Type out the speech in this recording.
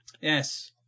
Yes